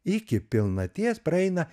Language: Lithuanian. iki pilnaties praeina